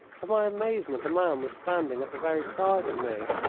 to my amazement a man was standing at the very side of me.